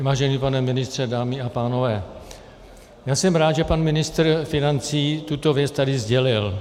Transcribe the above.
Vážený pane ministře, dámy a pánové, já jsem rád, že pan ministr financí tuto věc tady sdělil.